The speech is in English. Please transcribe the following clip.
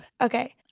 Okay